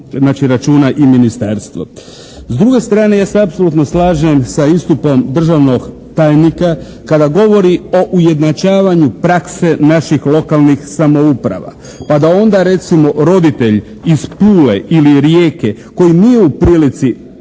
znači računa i ministarstvo. S druge strane ja se apsolutno slažem sa istupom državnog tajnika kada govori o ujednačavanju prakse naših lokalnih samouprava pa da onda recimo roditelj iz Pule ili Rijeke koji nije u prilici da on,